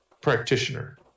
practitioner